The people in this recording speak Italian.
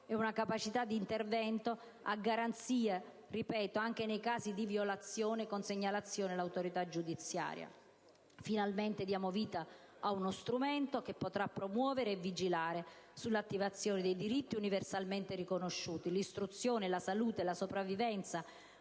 una capacità di intervento, anche nei casi di violazione con segnalazione all'autorità giudiziaria. Finalmente diamo vita a uno strumento che potrà promuovere e vigilare sull'attivazione dei diritti universalmente riconosciuti: l'istruzione, la salute, la sopravvivenza,